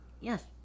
Yes